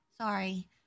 sorry